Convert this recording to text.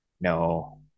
No